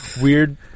weird